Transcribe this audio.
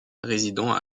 résidant